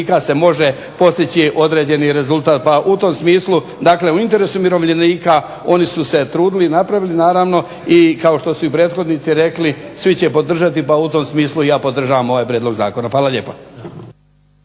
se može postići određeni rezultat. Pa u tom smislu, dakle u interesu umirovljenika oni su se trudili i napravili naravno i kao što su i prethodnici rekli svi će podržati pa u tom smislu i ja podražavam ovaj prijedlog zakona. Hvala lijepa.